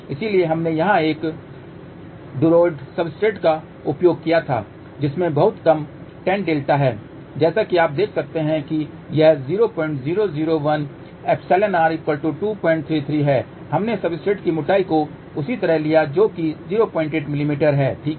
इसलिए हमने यहां एक डायराइड सब्सट्रेट का उपयोग किया था जिसमें बहुत कम टैन डेल्टा है जैसा कि आप देख सकते हैं यह 0001 €r 233 है हमने सब्सट्रेट की मोटाई को उसी तरह लिया जो कि 08 मिमी है ठीक है